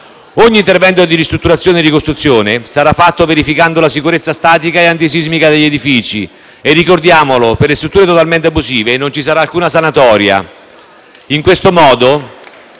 ogni intervento di ristrutturazione e di ricostruzione sarà fatto verificando la sicurezza statica e antisismica degli edifici e - ricordiamolo - per le strutture totalmente abusive non ci sarà alcuna sanatoria.